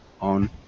on